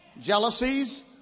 jealousies